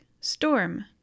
Storm